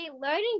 learning